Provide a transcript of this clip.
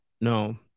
No